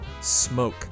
Smoke